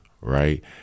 right